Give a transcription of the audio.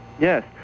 Yes